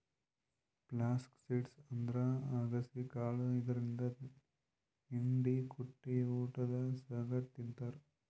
flax seed ಅಂದ್ರ ಅಗಸಿ ಕಾಳ್ ಇದರಿಂದ್ ಹಿಂಡಿ ಕುಟ್ಟಿ ಊಟದ್ ಸಂಗಟ್ ತಿಂತಾರ್